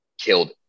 killed